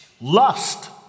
lust